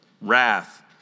wrath